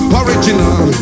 original